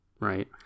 Right